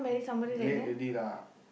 late already lah